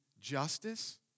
justice